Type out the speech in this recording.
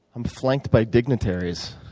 i'm flanked by dignitaries.